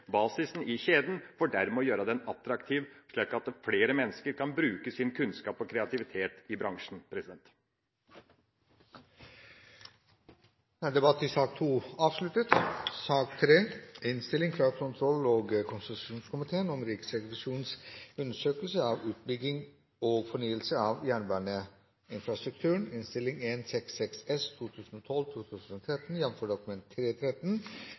basisen i kjeden for dermed å gjøre den attraktiv slik at flere mennesker kan bruke sin kunnskap og kreativitet i bransjen. Dermed er debatten i sak nr. 2 avsluttet. Riksrevisjonen presenterte for Stortinget den 31. mai i fjor sin undersøkelse om utbygging og fornyelse av jernbaneinfrastrukturen,